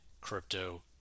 crypto